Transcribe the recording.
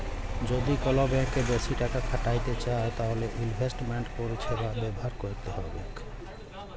যদি কল ব্যাংকে বেশি টাকা খ্যাটাইতে চাউ তাইলে ইলভেস্টমেল্ট পরিছেবা ব্যাভার ক্যইরতে হ্যবেক